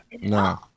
No